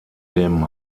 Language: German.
dem